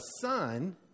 son